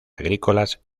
agrícolas